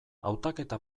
hautaketa